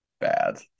bad